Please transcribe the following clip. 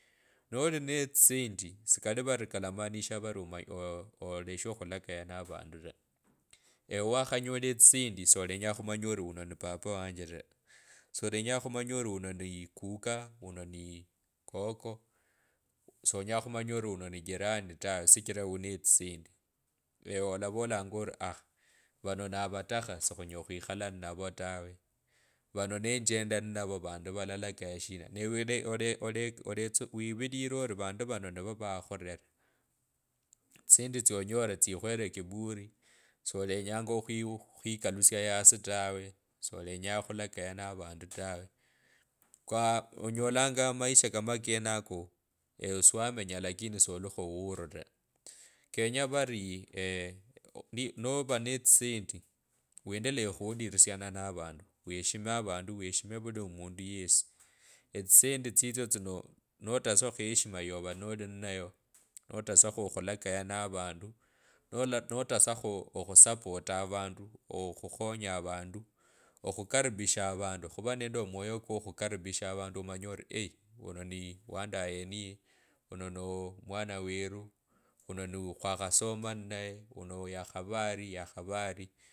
Noli netsisendi sikali vari kalamaanisha vari oleshe khulakaya na avandu ta. Ewe wakhonyola etsisendi siolenya khumanya ori. wuno ni baba wange taa. Solenya khumanya ori wuno ni kuka. wuno ni koko solenya khumanya ori wuno nijirani tawe shijilo wunetsisendi ewewe olavolanga ori aah. vano nawatakha sukhunyela okhwikhala ninavo tawe. vano nenjenda ninavo vandu valalakaya shina ne we ole- ole- ole eletsu wivilile ori avandu vano nivo vakhakhurera. Tsisenti tsyonyorire tsikhwele kiburi. solenyanga okhwii. Khwikalusya yasi tawe solenya. solenya khulakaya navandu tawe. Kwaa onyolanga amaisha kama akenako, ekee siwamenya lakini solukho huru ta. kenya vari nova netsisendi wendeleye okhuulilisiana navandu weshime avandu weshime vuli omundu yesi. Etsisendi tsitsyo tsino notesekho notesakho heshima yova nolininey. notasakho okhulakaya na vandu ala notesakho okhusaporta avandu. okhukhonya avandu. okhukaribisha avandu omanye ori ee. wuno ni wandaye niye wuno no mwana weru wono khwakhasoma ninaye wono yakhava ori yakhava ari.